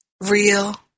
real